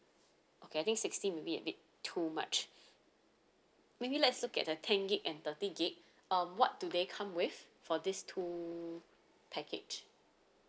okay I think sixty maybe a bit too much maybe let's look at the ten gig and thirty gig um what do they come with for these two package